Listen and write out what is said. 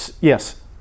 yes